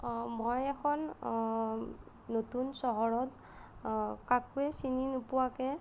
মই এখন নতুন চহৰত কাকোৱে চিনি নোপোৱাকৈ